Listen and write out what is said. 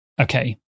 Okay